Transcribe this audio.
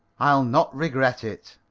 i'll not regret it.